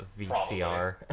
VCR